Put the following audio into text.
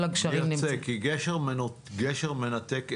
ארצה, כי גשר מנתק אזור,